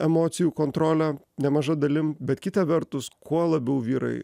emocijų kontrolę nemaža dalim bet kita vertus kuo labiau vyrai